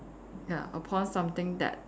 ya upon something that